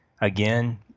again